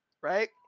right